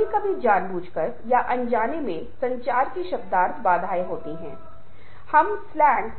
और मुझे आशा है कि यह लचीलापन की अवधारणा से जुड़ा हो सकता है जहां